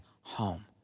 home